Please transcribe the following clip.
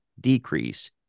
decrease